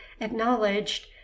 acknowledged